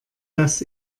das